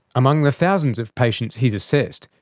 among the thousands of patients he's assessed,